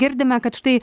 girdime kad štai